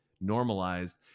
normalized